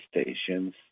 stations